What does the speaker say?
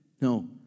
No